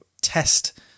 test